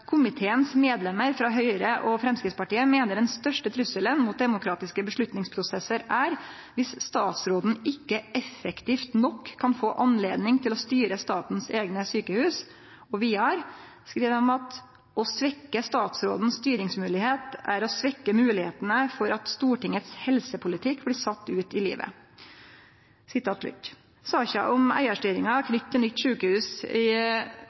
medlemmer fra Høyre og Fremskrittspartiet mener den største trusselen mot demokratiske beslutningsprosesser er hvis statsråden ikke effektivt nok kan få anledning til å styre statens egne sykehus.» Vidare skriv dei: «Å svekke statsrådens styringsmulighet er å svekke mulighetene for at Stortingets helsepolitikk blir satt ut i livet.» Saka om eigarstyringa knytt til nytt sjukehus i